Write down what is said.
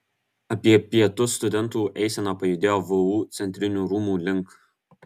apie pietus studentų eisena pajudėjo vu centrinių rūmų link